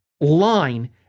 line